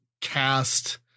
cast